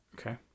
Okay